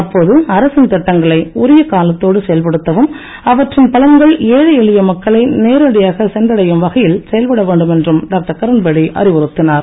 அப்போது அரசின் திட்டங்களை உரிய காலத்தோடு செயல்படுத்தவும் அவற்றின் பலன்கள் ஏழை எளிய மக்களை நேரடியாக சென்றடையும் மாற செயல்பட வேண்டும் என்று டாக்டர் கிரண்பேடி அறிவுறுத்தினார்